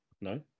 No